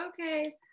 okay